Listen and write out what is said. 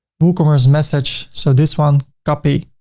woocommerce message. so this one copy,